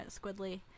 Squidly